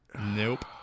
Nope